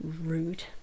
rude